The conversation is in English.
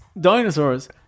dinosaurs